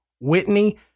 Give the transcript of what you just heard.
Whitney